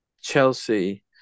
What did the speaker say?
Chelsea